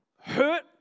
hurt